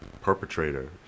perpetrator